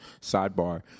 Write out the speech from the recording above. sidebar